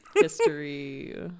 History